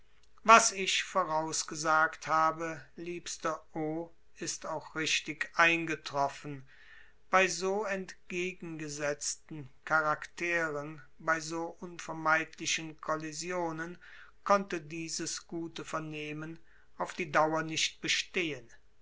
was ich vorausgesagt habe liebster o ist auch richtig eingetroffen bei so entgegengesetzten charakteren bei so unvermeidlichen kollisionen konnte dieses gute vernehmen auf die dauer nicht bestehen